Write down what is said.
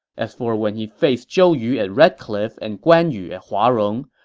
as for when he faced zhou yu at red cliff and guan yu at huarong,